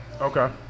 Okay